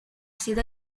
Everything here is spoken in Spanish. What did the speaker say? sido